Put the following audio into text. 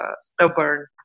stubborn